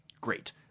Great